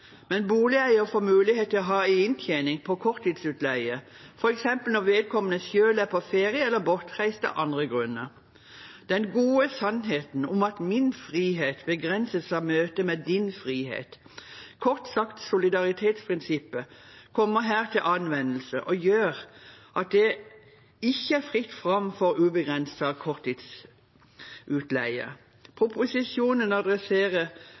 Men boligeier får mulighet til å ha en inntjening på korttidsutleie, f.eks. når vedkommende selv er på ferie eller er bortreist av andre grunner. Den gode sannheten om at min frihet begrenses av møtet med din frihet – kort sagt, solidaritetsprinsippet – kommer her til anvendelse og gjør at det ikke er fritt fram for ubegrenset korttidsutleie. Proposisjonen adresserer